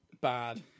bad